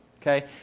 okay